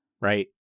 right